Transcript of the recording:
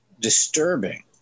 disturbing